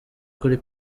kuri